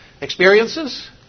experiences